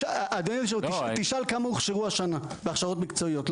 תשאל כמה הוכשרו השנה בהכשרות מקצועיות,